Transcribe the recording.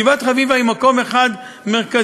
גבעת-חביבה היא מקום אחד מרכזי.